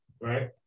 Right